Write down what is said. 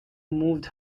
moved